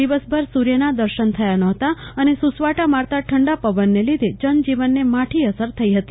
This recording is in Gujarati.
દિવસભર સૂર્યના દર્શન થયા નહોતા અને સુસવાટા મારતા ઠંડા પવનને લીધે જનજીવનને માઠી અસર થઈ હતી